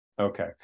Okay